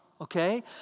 Okay